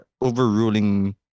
overruling